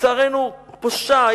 שלצערנו פושה,